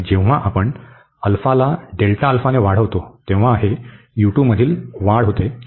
जेव्हा आपण ला Δα ने वाढवितो तेव्हा हे u2 मधील वाढ होते